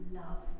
love